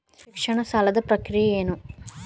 ಶಿಕ್ಷಣ ಸಾಲದ ಪ್ರಕ್ರಿಯೆ ಏನು?